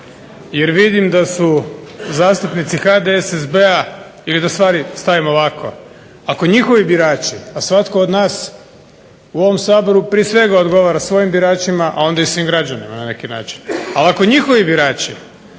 jer vidim da su zastupnici HDSSB-a ili da stvari stavim ovako. Ako njihovi birači, a svatko od nas u ovom Saboru prije svega odgovara svojim biračima, a onda i svim građanima na neki način. Ali ako njihovi birači,